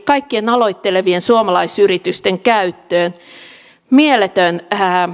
kaikkien aloittelevien suomalaisyritysten käyttöön mieletön